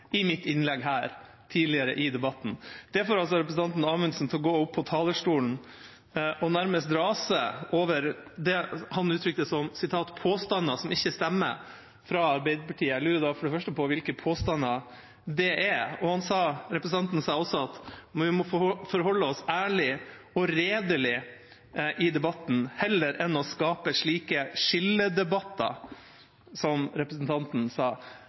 i mitt innlegg her tidligere i debatten. Det får altså representanten Amundsen til å gå opp på talerstolen og nærmest rase over det han uttrykte som påstander som ikke stemmer, fra Arbeiderpartiet. Jeg lurer for det første på hvilke påstander det er. Representanten sa også at vi må forholde oss ærlig og redelig i debatten heller enn å skape skinndebatter. Dette var en merkelig øvelse fra representanten